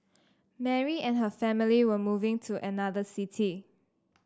Mary and her family were moving to another city